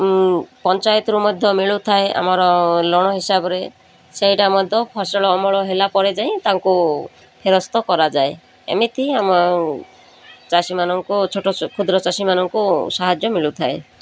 ପଞ୍ଚାୟତରୁ ମଧ୍ୟ ମିଳୁଥାଏ ଆମର ଋଣ ହିସାବରେ ସେଇଟା ମଧ୍ୟ ଫସଲ ଅମଳ ହେଲା ପରେ ଯାଇ ତାଙ୍କୁ ଫେରସ୍ତ କରାଯାଏ ଏମିତି ଆମ ଚାଷୀମାନଙ୍କୁ ଛୋଟ କ୍ଷୁଦ୍ର ଚାଷୀମାନଙ୍କୁ ସାହାଯ୍ୟ ମିଳୁଥାଏ